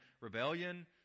rebellion